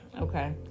okay